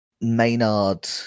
Maynard